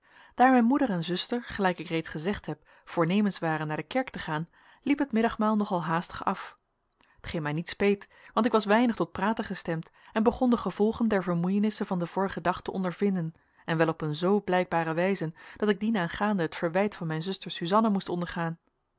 mijn moeder en zuster gelijk ik reeds gezegd heb voornemens waren naar de kerk te gaan liep het middagmaal nog al haastig af t geen mij niet speet want ik was weinig tot praten gestemd en begon de gevolgen der vermoeienissen van den vorigen dag te ondervinden en wel op een zoo blijkbare wijze dat ik dienaangaande het verwijt van mijn zuster suzanna moest ondergaan